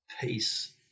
peace